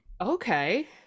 okay